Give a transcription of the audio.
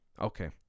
Okay